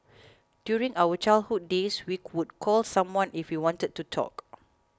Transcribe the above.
during our childhood days we would call someone if we wanted to talk